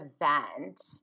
event